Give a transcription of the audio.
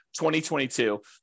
2022